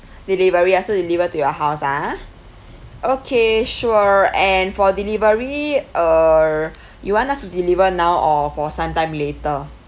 delivery ah so deliver to your house a'ah okay sure and for delivery uh you want us to deliver now or for sometime later